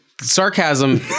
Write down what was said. sarcasm